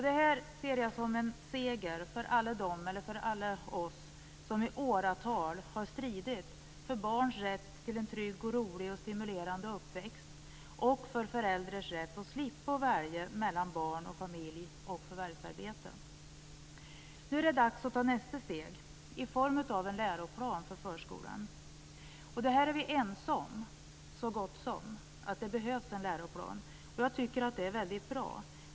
Det ser jag som en seger för alla oss som i åratal har stridit för barns rätt till en trygg, rolig och stimulerande uppväxt och för föräldrars rätt att slippa välja mellan barn och familj och förvärvsarbete. Nu är det dags att ta nästa steg i form av en läroplan för förskolan. Vi är så gott som ense om att det behövs en läroplan. Jag tycker att det är väldigt bra.